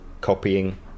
copying